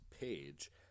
page